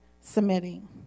submitting